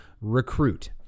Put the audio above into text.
recruit